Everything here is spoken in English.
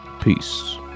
peace